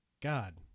God